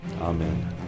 Amen